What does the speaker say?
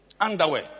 Underwear